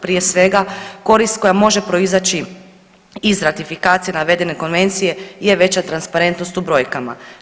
Prije svega, korist koja može proizaći iz ratifikacije navedene Konvencije je veća transparentnost u brojkama.